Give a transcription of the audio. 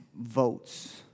votes